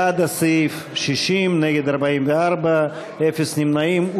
בעד הסעיף, 60, נגד, 44, אפס נמנעים.